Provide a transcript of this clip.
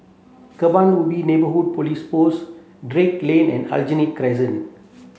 Kebun Ubi Neighbourhood Police Post Drake Lane and Aljunied Crescent